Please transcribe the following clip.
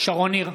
שרון ניר,